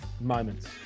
moments